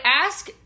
ask